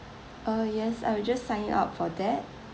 ah yes I will just sign you up for that